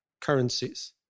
currencies